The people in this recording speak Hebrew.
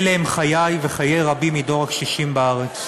אלה הם חיי וחיי רבים מדור הקשישים בארץ,